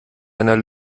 einer